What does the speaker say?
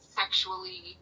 sexually